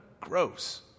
gross